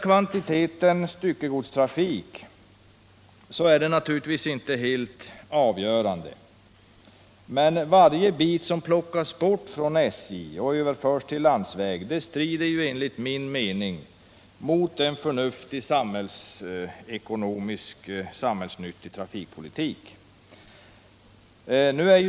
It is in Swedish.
Kvantiteten styckegodstrafik är naturligtvis inte helt avgörande, men varje överförande av trafik från järnväg till landsväg strider enligt min mening mot en samhällsekonomiskt förnuftig och samhällsnyttig trafikpolitik.